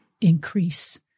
increase